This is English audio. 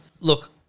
Look